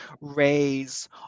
raise